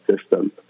system